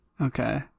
Okay